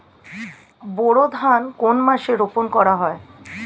বোরো ধান কোন মাসে রোপণ করা হয়?